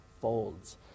Folds